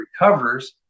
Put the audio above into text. recovers